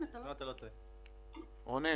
רונן?